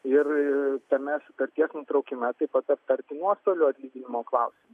ir tame sutarties nutraukime taip pat aptarti nuostolių atlyginimo klausimą